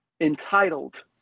entitled